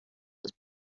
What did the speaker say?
was